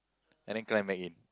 and then climb back in